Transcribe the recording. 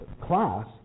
class